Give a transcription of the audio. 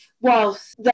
whilst